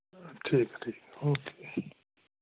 ठीक ऐ ठीक ऐ ओके